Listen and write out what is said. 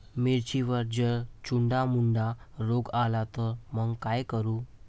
मिर्चीवर जर चुर्डा मुर्डा रोग आला त मंग का करू?